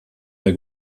der